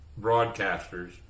broadcasters